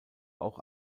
auch